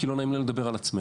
כי לא נעים לנו לדבר על עצמנו.